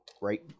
Right